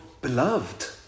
beloved